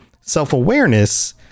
Self-awareness